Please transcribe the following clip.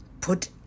put